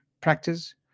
practice